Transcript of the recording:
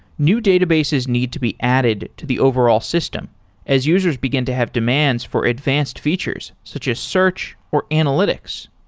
new databases need to be added to the overall system as users begin to have demands for advanced features, such as search or analytics.